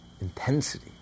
intensity